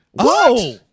Whoa